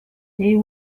they